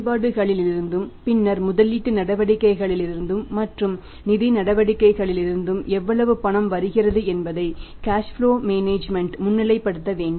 செயல்பாடுகளிலிருந்தும் பின்னர் முதலீட்டு நடவடிக்கைகளிலிருந்தும் மற்றும் நிதி நடவடிக்கைகளிலிருந்தும் எவ்வளவு பணம் வருகிறது என்பதை கேஷ் ப்லோ மேனேஜ்மென்ட் ல் நாம் முன்னிலைப்படுத்த வேண்டும்